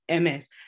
MS